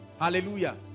hallelujah